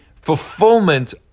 fulfillment